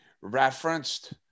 referenced